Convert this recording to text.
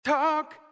Talk